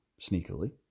sneakily